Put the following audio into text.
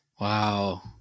Wow